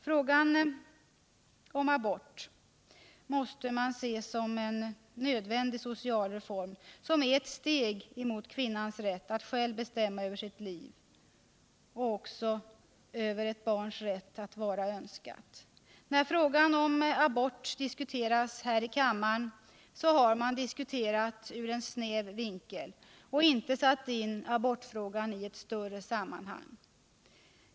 Frågan om abort måste ses som en nödvändig social reform som är ett steg mot kvinnans rätt att själv bestämma över sitt liv och mot barnets rätt att vara önskat. När abortfrågan diskuterats här i kammaren har man diskuterat ur en snäv vinkel och inte satt in den i ett större sammanhang.